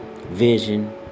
vision